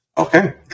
Okay